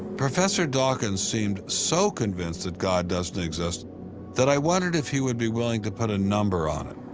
professor dawkins seemed so convinced that god doesn't exist that i wondered if he would be willing to put a number on it.